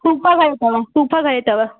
सूफ घणे अथव सूफ घणे अथव